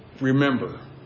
Remember